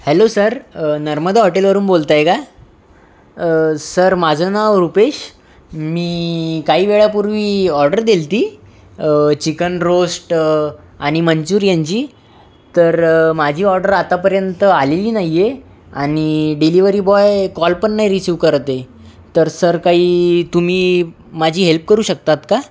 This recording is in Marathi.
हॅलो सर नर्मदा हॉटेल वरून बोलताय का सर माझं नाव रुपेश मी काही वेळापूर्वी ऑर्डर दिलती चिकन रोस्ट आणि मंचूरियन ची तर माझी ऑर्डर आतापर्यंत आलेली नाहीये आणि डेलिव्हरी बॉय कॉल पण नाही रिसिव्ह नाय करते तर सर काही तुम्ही माझी हेल्प करू शकतात का